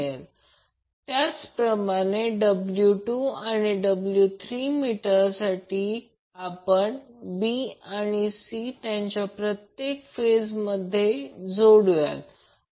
तर P1 P2 होईल आणि सरलीकृत केले तर ते √ 3 VL IL cos होईल आणि टोटल याचा अर्थ PT म्हणजे PT प्रत्यक्षात टोटल पॉवर आहे